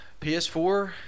PS4